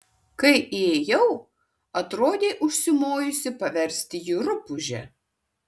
kai įėjau atrodei užsimojusi paversti jį rupūže